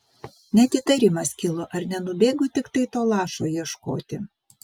net įtarimas kilo ar nenubėgo tiktai to lašo ieškoti